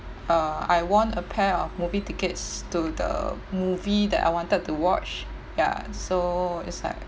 uh I won a pair of movie tickets to the movie that I wanted to watch ya so it's like